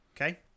Okay